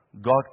God